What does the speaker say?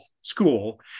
school